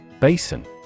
Basin